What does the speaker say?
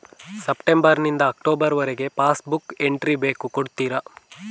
September ನಿಂದ October ವರಗೆ passbook entry ಬೇಕು ಕೊಡುತ್ತೀರಾ?